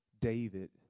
David